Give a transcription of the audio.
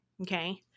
okay